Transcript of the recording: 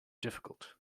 difficult